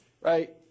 right